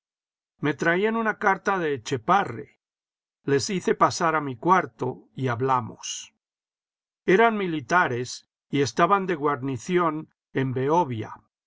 me traían una carta de etchepare les hice pasar a mi cuarto y hablamos eran militares y estaban de guarnición en behovia